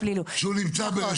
אם הוא מקבל תשובה שהוא נמצא ברשות